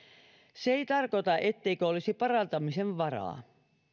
se ei tarkoita etteikö olisi parantamisen varaa